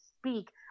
speak